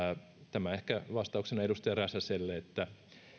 tämä ehkä vastauksena edustaja räsäselle että